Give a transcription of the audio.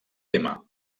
tema